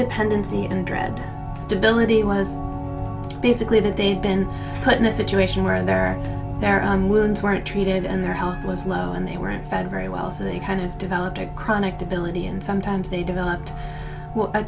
dependency and dread stability was basically that they've been put in a situation where there are there are willing to aren't treated and their health was low and they weren't fed very well so they kind of developed a chronic debility and sometimes they developed a